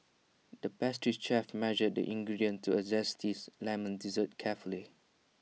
the pastry chef measured the ingredients to A zest teeth Lemon Dessert carefully